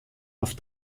auf